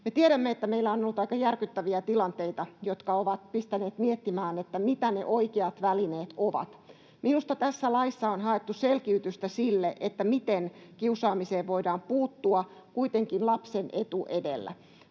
Me tiedämme, että meillä on ollut aika järkyttäviä tilanteita, jotka ovat pistäneet miettimään, mitä ne oikeat välineet ovat. Minusta tässä laissa on haettu selkiytystä sille, miten kiusaamiseen voidaan puuttua, kuitenkin lapsen etu edellä.